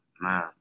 Man